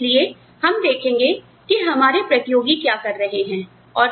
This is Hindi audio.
इसलिए हम देखेंगे कि हमारे प्रतियोगी क्या कर रहे हैं